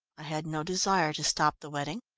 i had no desire to stop the wedding,